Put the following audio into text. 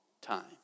time